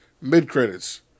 Mid-credits